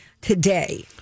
today